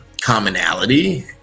commonality